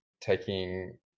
taking